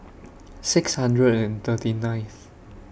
six hundred and thirty ninth